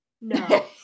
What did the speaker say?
No